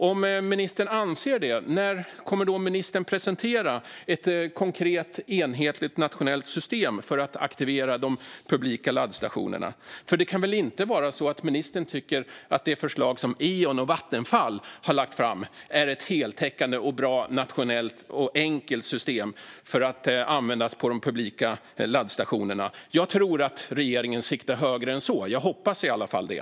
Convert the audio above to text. Om ministern anser att man har det undrar jag: När kommer ministern att presentera ett konkret enhetligt nationellt system för att aktivera de publika laddstationerna? Det kan väl inte vara så att ministern tycker att det förslag som Eon och Vattenfall har lagt fram är ett heltäckande, bra och enkelt nationellt system som ska användas på de publika laddstationerna. Jag tror att regeringen siktar högre än så. Jag hoppas i alla fall det.